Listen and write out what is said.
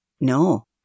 No